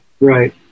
Right